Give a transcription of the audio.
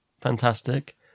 fantastic